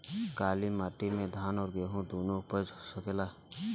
काली माटी मे धान और गेंहू दुनो उपज सकेला?